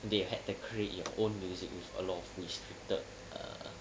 they had to create your own music with a lot of restricted err